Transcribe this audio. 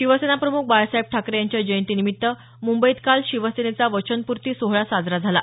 शिवसेनाप्रमुख बाळासाहेब ठाकरे यांच्या जयंतीनिमित्त मुंबईत काल शिवसेनेचा वचनपूर्ती सोहळा साजरा झाला